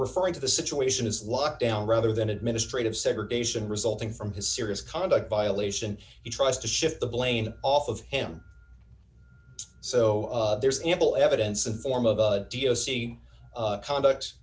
referring to the situation is lockdown rather than administrative segregation resulting from his serious conduct violation he tries to shift the blame off of him so there's ample evidence the form of a d o c conduct